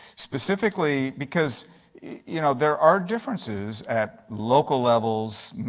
specifically because you know, there are differences at local levels,